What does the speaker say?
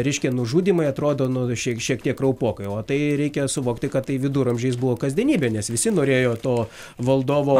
reikšia nužudymai atrodo nu šie šiek tiek kraupokai o tai reikia suvokti kad tai viduramžiais buvo kasdienybė nes visi norėjo to valdovo